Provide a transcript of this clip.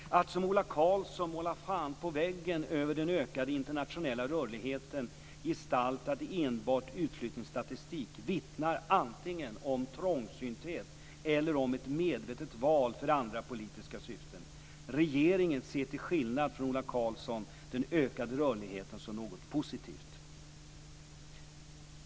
Att som Ola Karlsson måla fan på väggen över den ökade internationella rörligheten gestaltad i enbart utflyttningsstatistik vittnar antingen om trångsynthet eller om ett medvetet val för andra politiska syften. Regeringen ser, till skillnad från Ola Karlsson, den ökade rörligheten som något positivt.